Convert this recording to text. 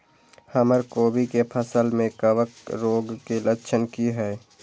हमर कोबी के फसल में कवक रोग के लक्षण की हय?